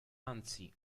anzi